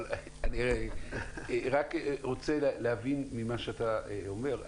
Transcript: אבל אני רק רוצה להבין ממה שאתה אומר,